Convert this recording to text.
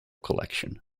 collection